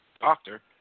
Doctor